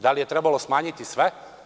Da li je trebalo smanjiti sve?